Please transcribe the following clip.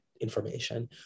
information